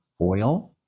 oil